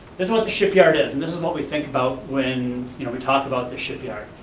this is what the shipyard is and this is what we think about when you know we talk about the shipyard.